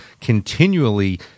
continually